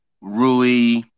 Rui